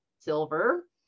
Silver